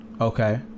Okay